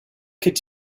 could